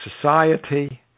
society